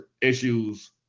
issues